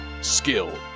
skill